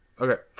Okay